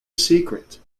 secret